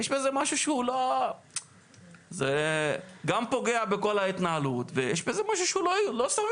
יש פה איזה משהו שהוא גם פוגע בכל ההתנהלות ויש בזה משהו שהוא לא סביר.